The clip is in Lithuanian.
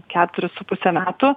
keturis su puse metų